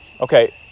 Okay